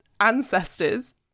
ancestors